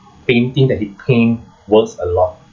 painting that he paint worth a lot